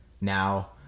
Now